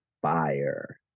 Fire